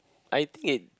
I think it